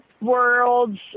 Worlds